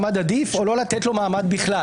מעמד עדיף או לא לתת לו מעמד בכלל,